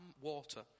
water